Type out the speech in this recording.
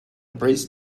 prays